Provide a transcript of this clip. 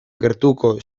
gertuko